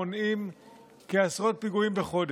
מונע עשרות פיגועים בחודש.